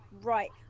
Right